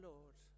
Lord